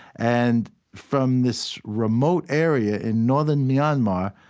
and from this remote area in northern myanmar,